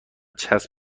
چسب